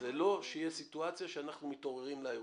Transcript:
זה לא שתהיה סיטואציה שאנחנו מתעוררים לאירוע,